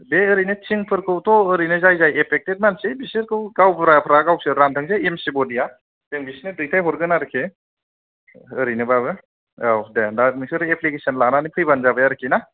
दे ओरैनो टिंफोरखौथ' ओरैनो जाय जाय एफेक्टेद मानसि बिसोरखौ गावबुराफ्रा गावसोर रानथोंसै एम चि बदि या जों बिसोरनो दैथाय हरगोन आरोखि ओरैनोबाबो औ दे दा नोंसोरो एप्लिकेसन लानानै फैबानो जाबाय आरोखिना